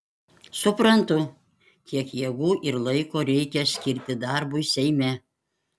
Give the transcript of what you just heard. suprantu kiek jėgų ir laiko reikia skirti darbui seime